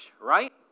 right